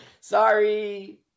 sorry